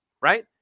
right